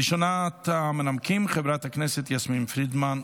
ראשונת המנמקים, חברת הכנסת יסמין פרידמן.